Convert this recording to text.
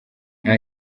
nta